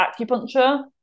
acupuncture